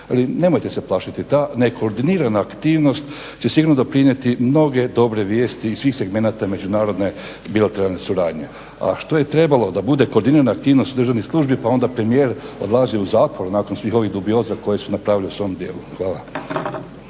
nemojte se plašiti, ta ne koordinira aktivnost će sigurno doprinijeti mnoge dobre vijesti i svih segmenata međunarodne bilateralne suradnje, a što je trebalo da bude koordinirana aktivnost državnih službi pa onda premijer odlazi u zatvor nakon svih ovih dubioza koje su napravili u svom djelu. Hvala.